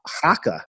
haka